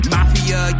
Mafia